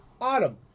Autumn